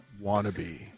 wannabe